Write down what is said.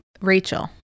Rachel